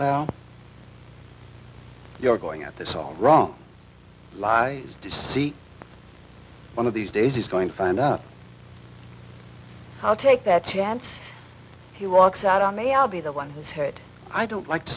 vow you're going at this all wrong lies deceit one of these days is going to find out how to take that chance he walks out on me i'll be the one who's hurt i don't like to